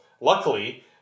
luckily